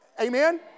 amen